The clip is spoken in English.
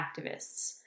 activists